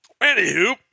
Anywho